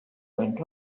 went